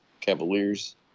Cavaliers